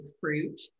fruit